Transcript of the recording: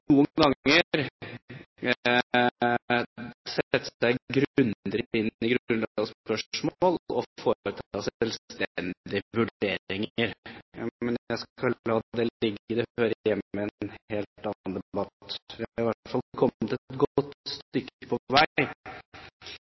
noen ganger sette seg grundigere inn i grunnlovsspørsmål og foreta selvstendige vurderinger. Men jeg skal la det ligge. Det hører hjemme i en helt annen debatt. Vi har i hvert fall kommet et godt stykke på vei med dette lovforslaget i